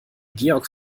georg